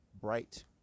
bright